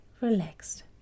relaxed